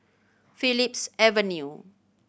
Phillips Avenue